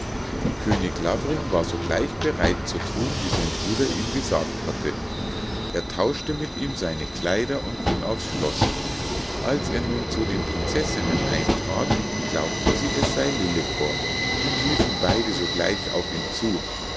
könig lavring war sogleich bereit zu thun wie sein bruder ihm gesagt hatte er tauschte mit ihm seine kleider und ging aufs schloß als er nun zu den prinzessinnen eintrat glaubten sie es sei lillekort und liefen beide sogleich auf ihn zu